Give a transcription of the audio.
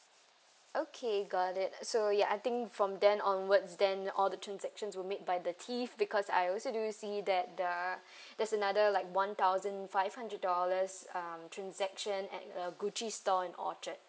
okay got it so ya I think from then onwards then all the transaction were made by the thief because I also do see that there there's another like one thousand five hundred dollars um transaction at uh g=Gucci store in orchard